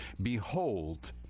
behold